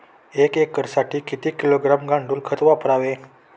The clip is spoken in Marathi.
एक एकरसाठी किती किलोग्रॅम गांडूळ खत वापरावे?